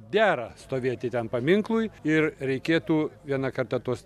dera stovėti ten paminklui ir reikėtų vieną kartą tuos